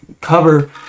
cover